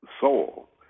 soul